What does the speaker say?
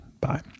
Bye